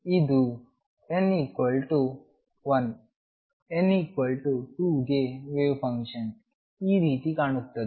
ಇದು n 1 n 2 ಗೆ wave function ಈ ರೀತಿ ಕಾಣುತ್ತದೆ